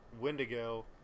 wendigo